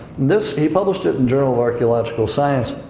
this, he published it in journal of archaeological science.